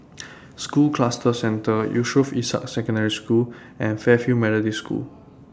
School Cluster Centre Yusof Ishak Secondary School and Fairfield Methodist School